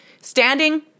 standing